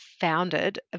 founded